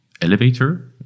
elevator